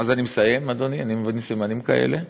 אז אני מסיים, אדוני, אני מבין סימנים כאלה.